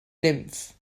nymff